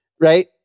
right